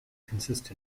consist